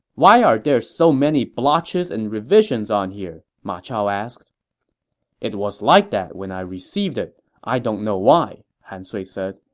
why are there so many blotches and revisions on here? ma chao asked it was like that when i received it i don't know why, han sui said.